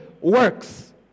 works